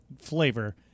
flavor